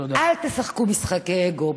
אל תשחקו משחקי אגו.